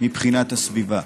מבחינת הסביבה: